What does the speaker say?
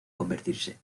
convertirse